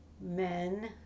men